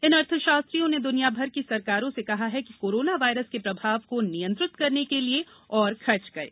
इन अर्थशास्त्रियों ने दुनियाभर की सरकारों से कहा है कि कोरोना वायरस के प्रभाव को नियंत्रित करने के लिए और खर्च करें